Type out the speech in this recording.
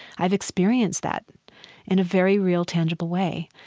i've experienced that in a very real, tangible way.